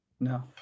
No